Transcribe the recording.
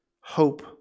hope